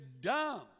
dumb